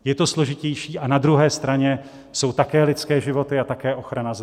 Je to složitější, a na druhé straně jsou také lidské životy a také ochrana zdraví.